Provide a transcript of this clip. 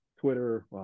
Twitter